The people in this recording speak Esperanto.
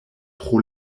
pro